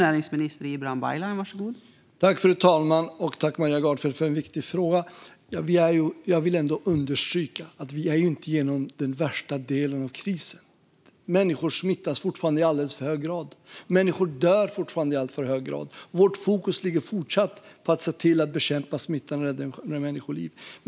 Fru talman! Tack, Maria Gardfjell, för en viktig fråga! Jag vill ändå understryka att vi inte är igenom den värsta delen av krisen. Människor smittas och dör fortfarande i alldeles för hög grad. Vårt fokus ligger fortsatt på att bekämpa smittan och rädda människoliv.